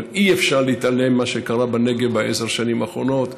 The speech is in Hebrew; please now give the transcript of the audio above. אבל אי-אפשר להתעלם ממה שקרה בנגב בעשר השנים האחרונות.